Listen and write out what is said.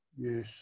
Yes